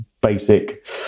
basic